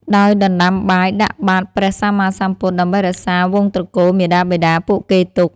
ដោយដណ្ដាំបាយដាក់បាត្រព្រះសម្មាសម្ពុទ្ធ ដើម្បីរក្សាវង្សត្រកូលមាតាបិតាពួកគេទុក។